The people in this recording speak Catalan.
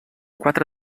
quatre